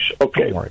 Okay